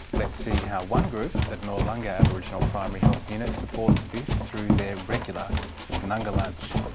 let's see how one group at noarlunga aboriginal primary health unit supports this through their regular nunga lunch.